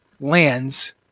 lands